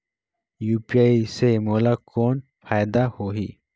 UPI से मोला कौन फायदा होही?